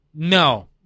No